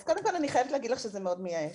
אז קודם כל אני חייבת להגיד לך שזה מאוד מייאש